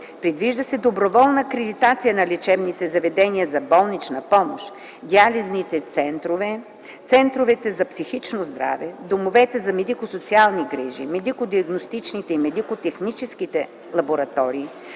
Предвижда се доброволна акредитация на лечебните заведения за болнична помощ, диализните центрове, центровете за психично здраве, домовете за медико-социални грижи, медико-диагностичните и медико-техническите лаборатории,